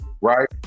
right